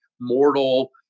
mortal